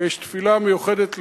יש תפילה מיוחדת לשלומם,